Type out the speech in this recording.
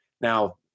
Now